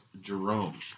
Jerome